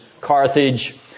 Carthage